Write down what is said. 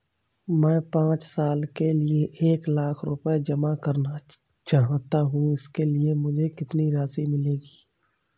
मैं पाँच साल के लिए एक लाख रूपए जमा करना चाहता हूँ इसके बाद मुझे कितनी राशि मिलेगी?